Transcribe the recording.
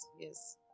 Yes